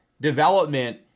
development